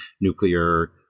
nuclear